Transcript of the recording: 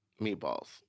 Meatballs